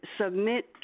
submit